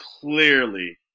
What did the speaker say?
clearly